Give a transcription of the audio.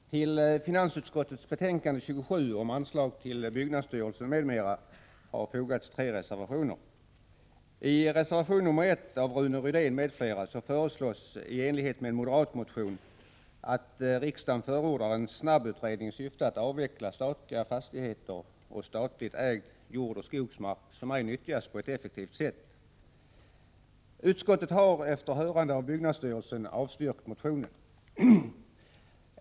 Herr talman! Till finansutskottets betänkande nr 27, om anslag till byggnadsstyrelsen m.m., har fogats tre reservationer. Utskottet har efter hörande av byggnadsstyrelsen avstyrkt motionen.